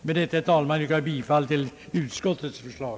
Med detta anförande, herr talman, yrkar jag bifall till utskottets förslag.